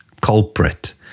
culprit